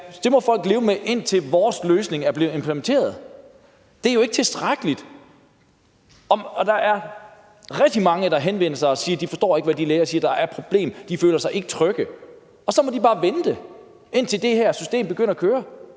det må folk leve med, indtil vores løsning er blevet implementeret. Det er jo ikke tilstrækkeligt. Og der er rigtig mange, der henvender sig og siger, at de ikke forstår, hvad de læger siger, og at der er et problem. De føler sig ikke trygge. Og så må de bare vente, indtil det her system begynder at køre.